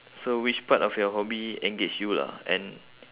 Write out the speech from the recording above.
so which part of your hobby engage you lah and